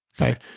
Okay